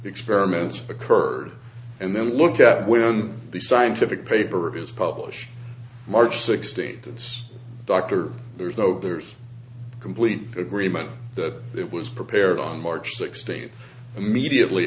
experiments occurred and then look at when the scientific paper is published march sixteenth that's dr there's no bears complete agreement that it was prepared on march sixteenth immediately